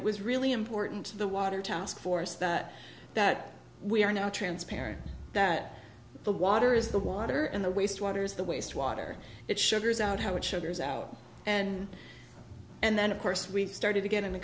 it was really important to the water task force that that we are now transparent that the water is the water and the waste water is the waste water that sugars out how much sugar is out and and then of course we've started to get into